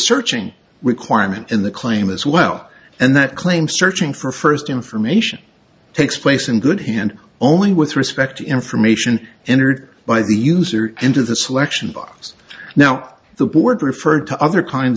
searching requirement in the claim as well and that claim searching for first information takes place in good hand only with respect to information entered by the user into the selection box now the board referred to other kinds